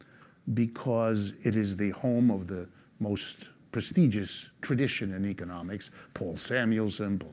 because it is the home of the most prestigious tradition in economics, paul samuelson,